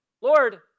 Lord